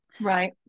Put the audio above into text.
right